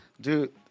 dude